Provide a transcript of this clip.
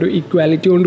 equality